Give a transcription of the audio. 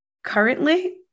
Currently